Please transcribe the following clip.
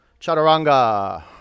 Chaturanga